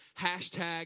hashtag